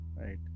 Right